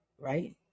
right